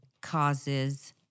causes